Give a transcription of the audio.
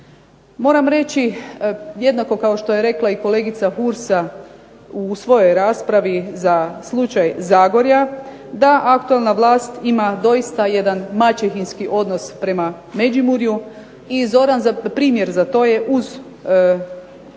Moram reći jednako kao što je rekla kolegica Hursa u svojoj raspravi za slučaj Zagorja, da lokalna vlast ima doista jedan maćehinski odnos prema Međimurju i zoran primjer za to je uz ovo